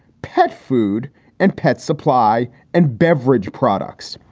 pet food and pet supply and beverage products.